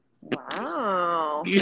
Wow